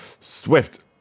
Swift